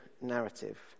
narrative